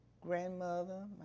grandmother